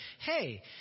Hey